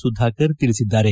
ಸುಧಾಕರ್ ತಿಳಿಸಿದ್ದಾರೆ